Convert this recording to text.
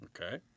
Okay